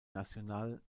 nacional